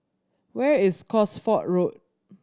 where is Cosford Road